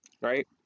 Right